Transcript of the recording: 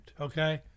okay